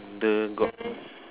the got